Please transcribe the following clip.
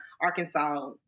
Arkansas